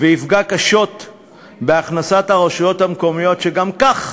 ויפגעו קשות בהכנסת הרשויות המקומיות, שגם כך